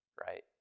right